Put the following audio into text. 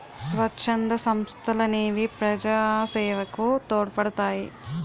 స్వచ్ఛంద సంస్థలనేవి ప్రజాసేవకు తోడ్పడతాయి